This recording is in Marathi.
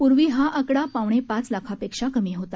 पूर्वी हा आकडा पावणे पाच लाखापेक्षा कमी होता